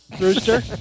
Rooster